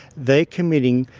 they're committing,